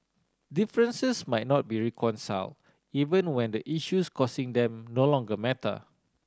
differences might not be reconciled even when the issues causing them no longer matter